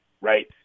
right